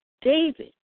David